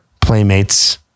playmates